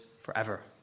forever